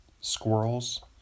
squirrels